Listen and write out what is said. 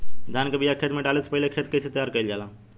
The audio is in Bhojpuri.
धान के बिया खेत में डाले से पहले खेत के कइसे तैयार कइल जाला?